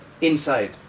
inside